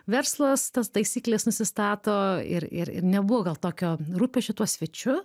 verslas tas taisykles nusistato ir ir nebuvo gal tokio rūpesčio tuo svečiu